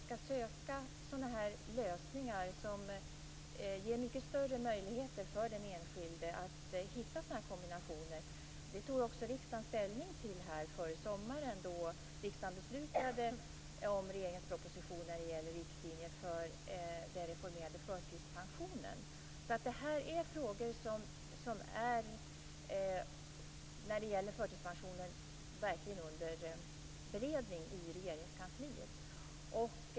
Att vi skall söka lösningar som ger den enskilde mycket större möjligheter att hitta sådana här kombinationer är något som riksdagen före sommaren tog ställning till här i kammaren i samband med att riksdagen beslutade om regeringens proposition när det gäller riktlinjer för den reformerade förtidspensionen. Det här med förtidspensionen rör alltså frågor som verkligen är under beredning i Regeringskansliet.